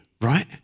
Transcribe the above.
right